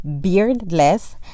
beardless